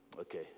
Okay